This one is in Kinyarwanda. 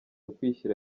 ukwishyira